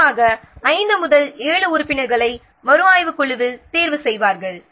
பொதுவாக 5 முதல் 7 உறுப்பினர்களை மறுஆய்வுக் குழுவில் தேர்வு செய்வார்கள்